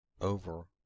over